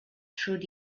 through